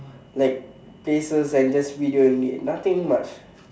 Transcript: like places and just video in it nothing much